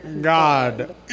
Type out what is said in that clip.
God